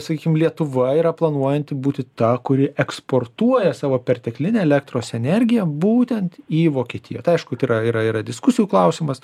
sakykim lietuva yra planuojanti būti ta kuri eksportuoja savo perteklinę elektros energiją būtent į vokietiją tai aišku tai yra yra diskusijų klausimas